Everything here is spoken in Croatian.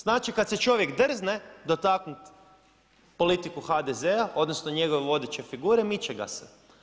Znači kada se čovjek drzne dotaknuti politiku HDZ-a, odnosno njegove vodeće figure, miče ga se.